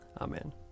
Amen